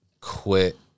quit